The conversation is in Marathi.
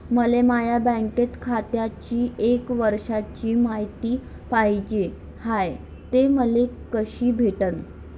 मले माया बँक खात्याची एक वर्षाची मायती पाहिजे हाय, ते मले कसी भेटनं?